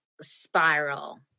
spiral